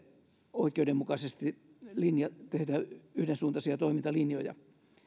oikeudenmukaisesti tehdä yhdensuuntaisia toimintalinjoja